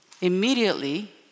Immediately